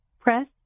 Press